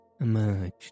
emerged